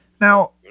Now